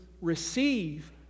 receive